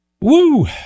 Woo